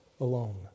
alone